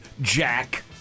Jack